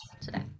today